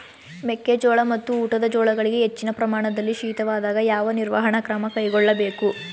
ಮೆಕ್ಕೆ ಜೋಳ ಮತ್ತು ಊಟದ ಜೋಳಗಳಿಗೆ ಹೆಚ್ಚಿನ ಪ್ರಮಾಣದಲ್ಲಿ ಶೀತವಾದಾಗ, ಯಾವ ನಿರ್ವಹಣಾ ಕ್ರಮ ಕೈಗೊಳ್ಳಬೇಕು?